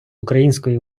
української